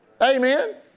Amen